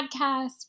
podcast